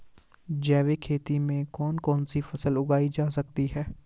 जैविक खेती में कौन कौन सी फसल उगाई जा सकती है?